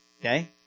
Okay